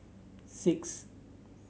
six